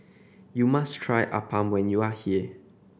you must try appam when you are here